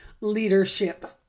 leadership